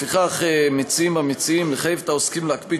לפיכך מציעים המציעים לחייב את העוסקים להקפיד